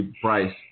price